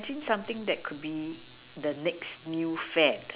actually something that could be the next new fad